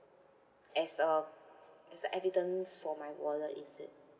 as a as a evidence for my wallet is it